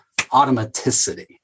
automaticity